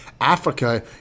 Africa